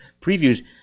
previews